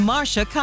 Marsha